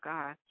God